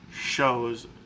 shows